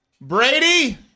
Brady